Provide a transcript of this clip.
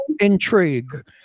intrigue